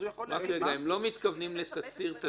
הוא יכול --- הם לא מתכוונים לתצהיר ממש,